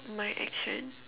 my action